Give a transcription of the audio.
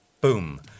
boom